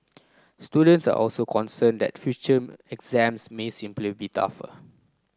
students are also concerned that future exams may simply be tougher